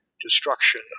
destruction